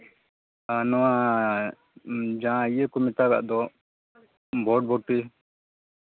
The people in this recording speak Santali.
ᱱᱚᱣᱟ ᱡᱟᱦᱟᱸ ᱤᱭᱟᱹ ᱠᱚ ᱢᱮᱛᱟᱜᱟᱜ ᱫᱚ ᱵᱚᱨᱵᱚᱴᱤ